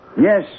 Yes